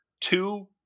two